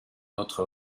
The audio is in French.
notre